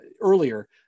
earlier